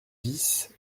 bis